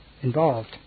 involved